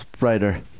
writer